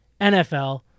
NFL